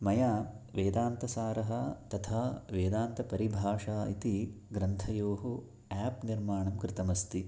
मया वेदान्तसारः तथा वेदान्तपरिभाषा इति ग्रन्थयोः आप् निर्माणं कृतमस्ति